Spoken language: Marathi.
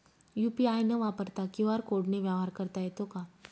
यू.पी.आय न वापरता क्यू.आर कोडने व्यवहार करता येतो का?